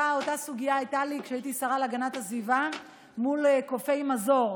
אותה סוגיה הייתה לי כשהייתי השרה להגנת הסביבה מול קופי מזור,